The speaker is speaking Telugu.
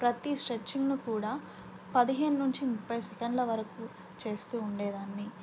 ప్రతి స్ట్రెచ్చింగ్ను కూడా పదిహేను నుంచి ముప్పై సెకండ్ల వరకు చేస్తూ ఉండేదాన్ని